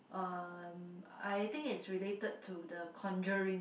um I think it's related to the Conjuring